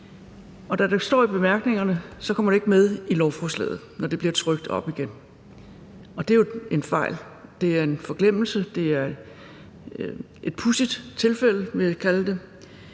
og da det står i bemærkningerne, kommer det ikke med i loven, når det bliver trykt op igen, og det er jo en fejl. Det er en forglemmelse. Det er et pudsigt tilfælde, vil jeg kalde det.